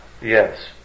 Yes